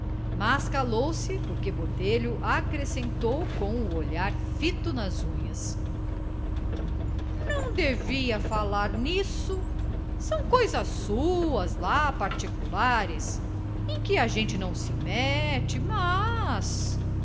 mas calou-se porque o botelho acrescentou com o olhar fito nas unhas não devia falar nisto são coisas suas lá particulares em que a gente não se mete mas